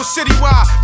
Citywide